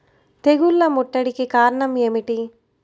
తెగుళ్ల ముట్టడికి కారణం ఏమిటి?